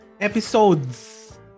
Episodes